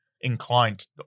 inclined